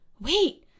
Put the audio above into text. wait